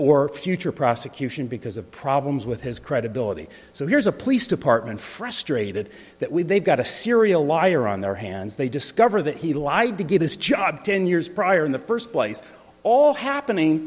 or future prosecution because of problems with his credibility so here's a police department frustrated that we they've got a serial liar on their hands they discover that he lied to get his job ten years prior in the first place all happening